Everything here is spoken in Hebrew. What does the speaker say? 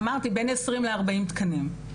אמרתי, בין 20 ל-40 תקנים.